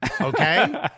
Okay